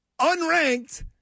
unranked